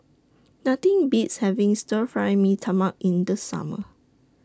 Nothing Beats having Stir Fry Mee Tai Mak in The Summer